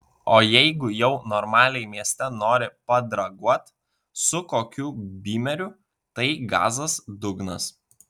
o jeigu jau normaliai mieste nori padraguot su kokiu bymeriu tai gazas dugnas